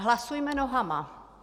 Hlasujme nohama.